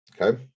Okay